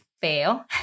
fail